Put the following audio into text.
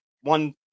one